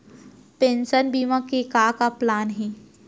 Pension बीमा के का का प्लान हे?